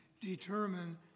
determine